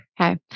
Okay